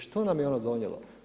Što nam je ono donijelo?